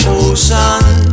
ocean